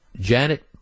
Janet